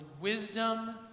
wisdom